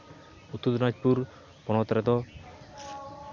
ᱩᱛᱛᱚᱨ ᱫᱤᱱᱟᱡᱽᱯᱩᱨ ᱦᱚᱱᱚᱛ ᱨᱮᱫᱚ